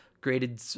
graded